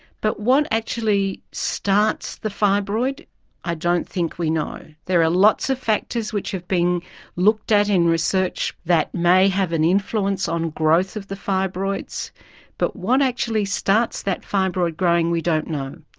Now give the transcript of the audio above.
but what actually starts the fibroid i don't think we know. there are lots of factors which have been looked at in research that may have an influence on growth of the fibroids but what actually starts that fibroid growing we don't know.